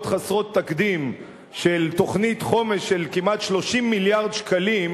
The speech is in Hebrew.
חסרות תקדים של תוכנית חומש של כמעט 30 מיליארד שקלים,